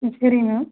ம் சரிங்க மேம்